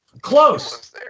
Close